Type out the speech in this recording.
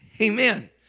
Amen